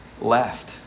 left